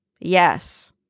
Yes